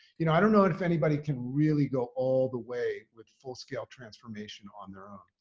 you know, i don't know if anybody can really go all the way with full scale transformation on their own.